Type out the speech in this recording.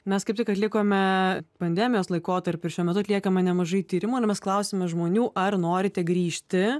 mes kaip tik atlikome pandemijos laikotarpį ir šiuo metu atliekame nemažai tyrimų ir mes klausiame žmonių ar norite grįžti